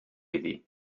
iddi